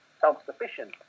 self-sufficient